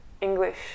English